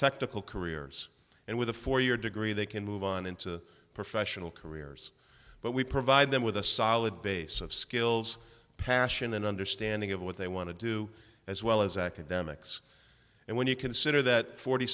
technical careers and with a four year degree they can move on into professional careers but we provide them with a solid base of skills passion and understanding of what they want to do as well as academics and when you consider that forty